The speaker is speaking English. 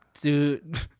Dude